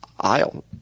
aisle